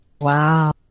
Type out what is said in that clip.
Wow